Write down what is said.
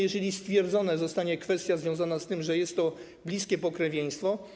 Jeżeli stwierdzona zostanie kwestia związana z tym, że jest bliskie pokrewieństwo.